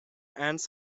ants